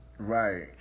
Right